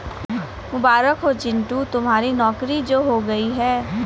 मुबारक हो चिंटू तुम्हारी नौकरी जो हो गई है